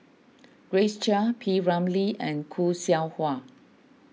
Grace Chia P Ramlee and Khoo Seow Hwa